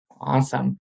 Awesome